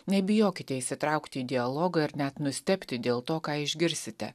nebijokite įsitraukti į dialogą ir net nustebti dėl to ką išgirsite